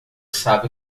sabe